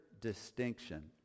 distinction